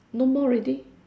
no more already